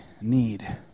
need